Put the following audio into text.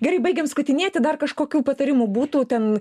gerai baigiam skutinėti dar kažkokių patarimų būtų ten